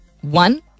one